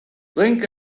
drink